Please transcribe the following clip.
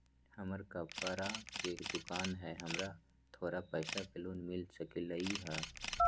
हमर कपड़ा के दुकान है हमरा थोड़ा पैसा के लोन मिल सकलई ह?